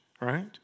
right